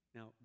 Now